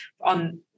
on